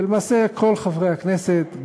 ולמעשה כל חברי הכנסת,